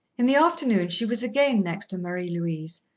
in the afternoon she was again next to marie-louise,